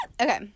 okay